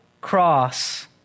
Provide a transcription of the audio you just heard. cross